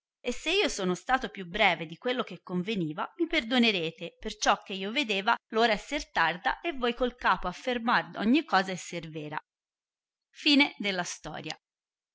e se io sono stato più breve di quello che conveniva mi perdonerete perciò che io vedeva ora esser tarda e voi col capo affermar ogni cosa esser vera